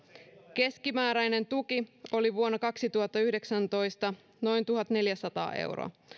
keskimääräinen tuki oli vuonna kaksituhattayhdeksäntoista noin tuhatneljäsataa euroa